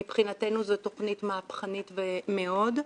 מבחינתנו זאת תכנית מהפכנית מאוד.